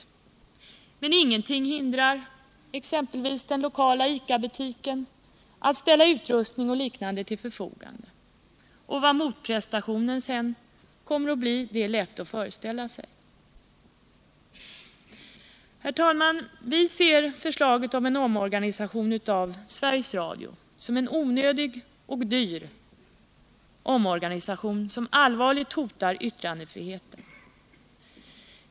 Men ingenting hindrar exempelvis den lokala ICA-butiken att ställa utrustning och liknande till förfogande, och vad motprestationen sedan kommer att bli är lätt att föreställa sig. Herr talman! Vi ser den föreslagna omorganisationen av Sveriges Radio som en onödig och dyr omorganisation som allvarligt hotar yttrandefriheten.